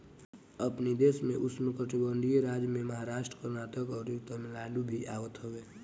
अपनी देश में उष्णकटिबंधीय राज्य में महाराष्ट्र, कर्नाटक, अउरी तमिलनाडु भी आवत हवे